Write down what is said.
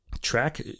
track